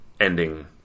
ending